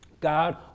God